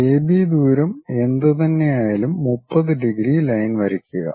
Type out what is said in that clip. AB ദൂരം എന്തുതന്നെയായാലും 30 degree line വരയ്ക്കുക